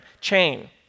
chain